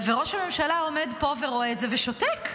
וראש הממשלה עומד פה ורואה את זה, ושותק.